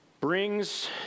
brings